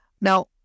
Now